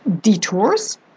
detours